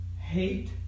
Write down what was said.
hate